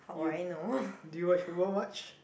you do you watch world watch